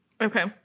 Okay